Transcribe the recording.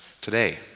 today